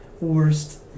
worst